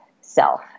self